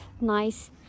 nice